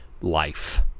life